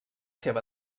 ser